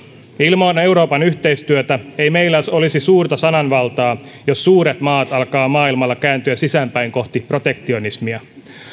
ilman euroopan yhteistyötä ei meillä olisi suurta sananvaltaa jos suuret maat alkavat kääntyä sisäänpäin kohti protektionismia